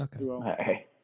Okay